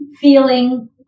feeling